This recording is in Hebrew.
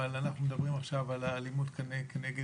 אבל אנחנו מדברים עכשיו על האלימות נגד